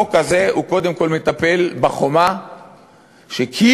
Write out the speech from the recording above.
החוק הזה קודם כול מטפל בחומה שכאילו